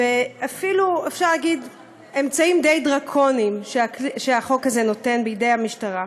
אפילו אפשר להגיד אמצעים די דרקוניים שהחוק הזה נותן בידי המשטרה.